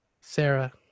Sarah